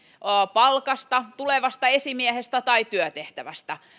palkasta tulevasta esimiehestä tai työtehtävästä